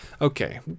Okay